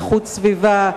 איכות הסביבה,